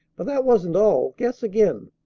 but that wasn't all. guess again.